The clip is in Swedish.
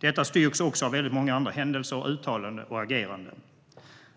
Detta styrks också av väldigt många andra händelser, uttalanden och ageranden.